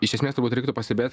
iš esmės turbūt reiktų pastebėt